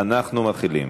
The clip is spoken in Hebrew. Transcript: אנחנו מתחילים.